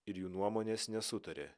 ir jų nuomonės nesutarė